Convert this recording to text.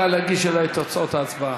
נא להגיש לי את תוצאות ההצבעה.